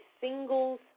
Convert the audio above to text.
singles